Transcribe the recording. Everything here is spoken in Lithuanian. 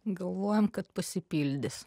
galvojam kad pasipildys